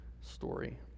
story